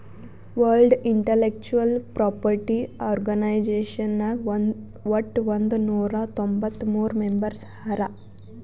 world intellectual property organization ನಾಗ್ ವಟ್ ಒಂದ್ ನೊರಾ ತೊಂಬತ್ತ ಮೂರ್ ಮೆಂಬರ್ಸ್ ಹರಾ